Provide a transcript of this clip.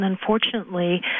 unfortunately